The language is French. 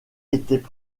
étaient